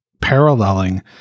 paralleling